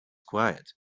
quiet